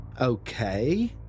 Okay